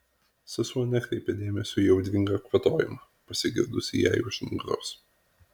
sesuo nekreipė dėmesio į audringą kvatojimą pasigirdusį jai už nugaros